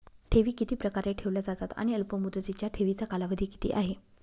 ठेवी किती प्रकारे ठेवल्या जातात आणि अल्पमुदतीच्या ठेवीचा कालावधी किती आहे?